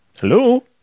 Hello